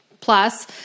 plus